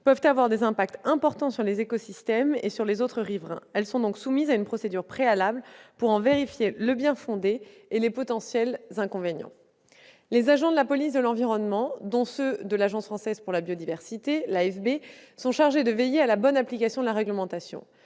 peuvent avoir des impacts importants sur les écosystèmes et sur les autres riverains. Elles sont donc soumises à une procédure préalable pour en vérifier le bien-fondé et les potentiels inconvénients. Les agents de la police de l'environnement, dont ceux de l'Agence française pour la biodiversité, l'AFB, sont chargés de veiller à la bonne application de la réglementation.